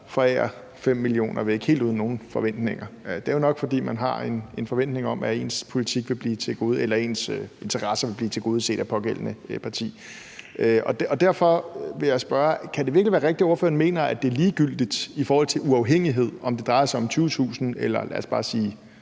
forærer 5 mio. kr. væk helt uden nogen forventninger. Det er jo nok, fordi man har en forventning om, at ens interesser vil blive tilgodeset af pågældende parti. Derfor vil jeg spørge: Kan det virkelig være rigtigt, at ordføreren mener, at det er ligegyldigt i forhold til uafhængighed, om det drejer sig om 20.000 kr. eller f.eks. 2 mio.